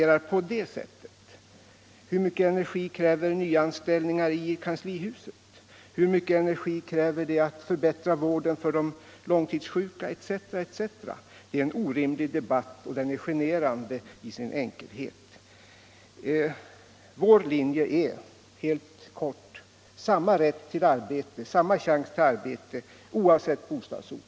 Hur mycket energi kräver nyanställningar i kanslihuset eller förbättringar i vården av de långtidssjuka etc.? Det är en orimlig debatt och den är generande i sin enkelhet. Vår linje är kort uttryckt: Samma rätt till arbete oavsett bostadsort.